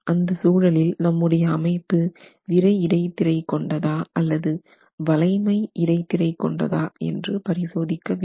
அந்த சூழலில் நம்முடைய அமைப்பு விறை இடைத்திரை கொண்டதா அல்லது வளைமை இடைத்திரை கொண்டதா என்று பரிசோதிக்க வேண்டும்